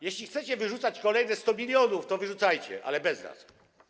Jeśli chcecie wyrzucać kolejne 100 mln, to wyrzucajcie, ale bez nas.